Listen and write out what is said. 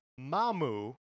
Mamu